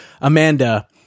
Amanda